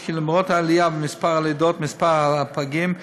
כי למרות העלייה במספר הלידות ובמספר הפגים,